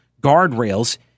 guardrails